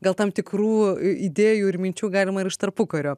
gal tam tikrų idėjų ir minčių galima ir iš tarpukario